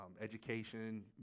education